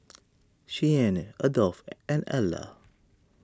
Cheyanne Adolf and Alla